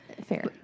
Fair